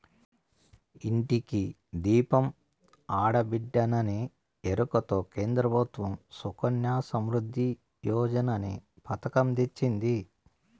ఇంటికి దీపం ఆడబిడ్డేననే ఎరుకతో కేంద్ర ప్రభుత్వం సుకన్య సమృద్ధి యోజననే పతకం తెచ్చింది